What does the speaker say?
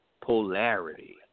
polarity